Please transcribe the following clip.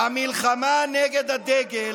חבר הכנסת מלביצקי,